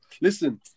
listen